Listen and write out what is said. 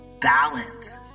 balance